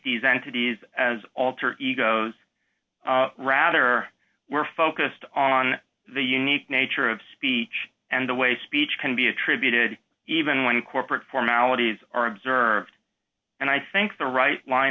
these entities as alter egos rather we're focused on the unique nature of speech and the way speech can be attributed even when corporate formalities are observed and i think the right line